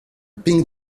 pink